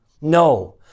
No